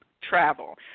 travel